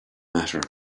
matter